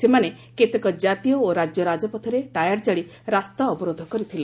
ସେମାନେ କେତେକ ଜାତୀୟ ଓ ରାଜ୍ୟ ରାଜପଥରେ ଟାୟାର କାଳି ରାସ୍ତା ଅବରୋଧ କରିଥିଲେ